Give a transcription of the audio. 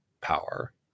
power